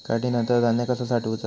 काढणीनंतर धान्य कसा साठवुचा?